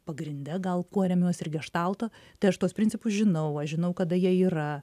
pagrinde gal kuo remiuosi ir geštaltu tai aš tuos principus žinau aš žinau kada jie yra